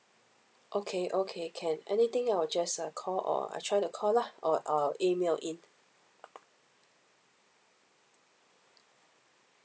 okay okay can anything I will just uh call or I try to call lah or I'll email in